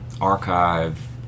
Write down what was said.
archive